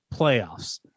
playoffs